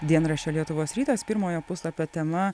dienraščio lietuvos rytas pirmojo puslapio tema